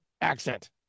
accent